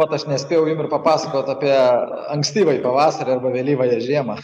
vat aš nespėjau jum ir papasakot apie ankstyvąjį pavasarį arba vėlyvąją žiemą